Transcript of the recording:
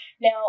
Now